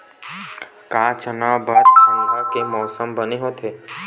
का चना बर ठंडा के मौसम बने होथे?